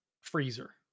freezer